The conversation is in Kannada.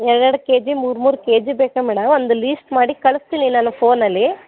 ಎರಡೆರಡು ಕೆಜಿ ಮೂರ್ಮೂರು ಕೆಜಿ ಬೇಕು ಮೇಡಮ್ ಒಂದು ಲೀಸ್ಟ್ ಮಾಡಿ ಕಳಿಸ್ತೀನಿ ನಾನು ಫೋನಲ್ಲಿ